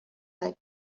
like